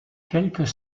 quelques